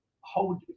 hold